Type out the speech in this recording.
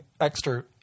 extra